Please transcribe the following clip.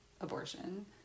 abortion